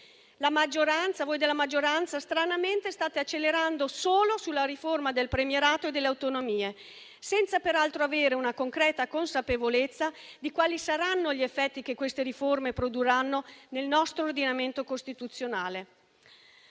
Voi della maggioranza, stranamente, state accelerando solo sulla riforma del premierato e dell'autonomia differenziata, senza peraltro avere una concreta consapevolezza di quali saranno gli effetti che queste riforme produrranno nel nostro ordinamento costituzionale.